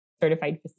certified